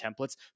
templates